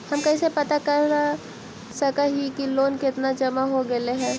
हम कैसे पता कर सक हिय की लोन कितना जमा हो गइले हैं?